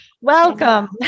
welcome